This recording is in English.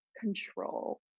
control